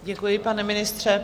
Děkuji, pane ministře.